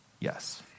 yes